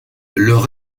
leur